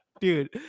Dude